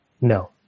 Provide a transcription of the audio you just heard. no